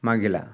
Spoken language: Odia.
ମାଗିଲା